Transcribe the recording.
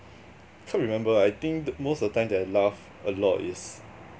can't remember I think the most of time that I laugh a lot is